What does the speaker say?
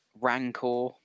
rancor